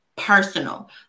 personal